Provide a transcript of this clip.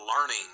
learning